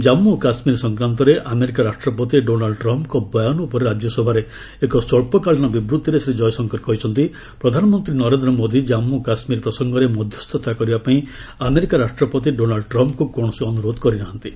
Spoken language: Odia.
ଜାମ୍ମୁ ଓ କାଶ୍ମୀର ସଂକ୍ରାନ୍ତରେ ଆମେରିକା ରାଷ୍ଟ୍ରପତି ଡୋନାଲ୍ଡ ଟ୍ରମ୍ପଙ୍କ ବୟାନ ଉପରେ ରାଜ୍ୟସଭାରେ ଏକ ସ୍ୱଚ୍ଚକାଳୀନ ବିବୃତ୍ତିରେ ଶ୍ରୀ ଜୟଶଙ୍କର କହିଛନ୍ତି ପ୍ରଧାନମନ୍ତ୍ରୀ ନରେନ୍ଦ୍ର ମୋଦି ଜାନ୍ମୁ କାଶ୍ମୀର ପ୍ରସଙ୍ଗରେ ମଧ୍ୟସ୍ଥତା କରିବା ପାଇଁ ଆମେରିକା ରାଷ୍ଟ୍ରପତି ଡୋନାଲ୍ଚ ଟ୍ରମ୍ପଙ୍କୁ କୌଣସି ଅନୁରୋଧ କରିନାହାନ୍ତି